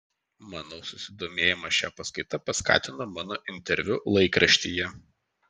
manau susidomėjimą šia paskaita pakaitino mano interviu laikraštyje